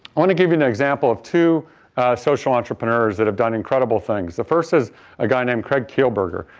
i want to give you an example of two social entrepreneurs that have done incredible things. the first is a guy named craig kielburger.